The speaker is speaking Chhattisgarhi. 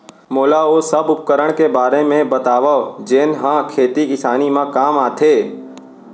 मोला ओ सब उपकरण के बारे म बतावव जेन ह खेती किसानी म काम आथे?